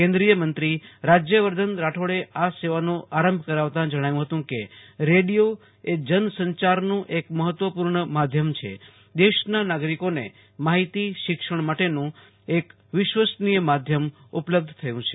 કેન્દ્રિય મંત્રી રાજ્યવર્ધન રાઠોડે આ સેવાનો આરંભ કરતા જણાવ્યું હતું કે રેડિયો એ જન સંચારનું એક મહત્વપૂર્ણ માધ્યમ છે દેશના નાગરીકોને માહિતી શિક્ષણ માટેનું એક વિશ્વસનીય માધ્યમ ઉપલબ્ધ થયું છે